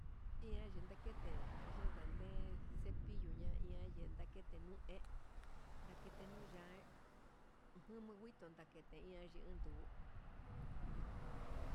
Ian yii ndakete ndedande cepillo ña ihan ye ndakete nuu he, ndakete nuu yai ujun ngu ngutu ndakete iha nayinduu.